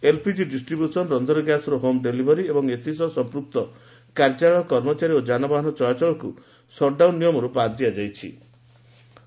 LPG distribution ରକ୍ଷନ ଗ୍ୟାସ୍ର home delivery ଏବଂ ଏଥିସହ ସମ୍ମୁକ୍ତ କାର୍ଯ୍ୟାଳୟ କର୍ମଚାରୀ ଓ ଯାନବାହନ ଚଳାଚଳ ସଟ୍ଡାଉନ୍ ନିୟମ ଲାଗୁ ହେବ ନାହିଁ